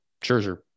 Scherzer